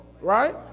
Right